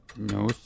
No